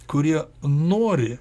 kurie nori